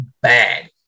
bad